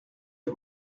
les